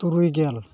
ᱛᱩᱨᱩᱭ ᱜᱮᱞ